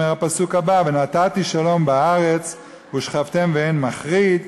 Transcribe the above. אומר הפסוק הבא: "ונתתי שלום בארץ ושכבתם ואין מחריד"